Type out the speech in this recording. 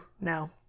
No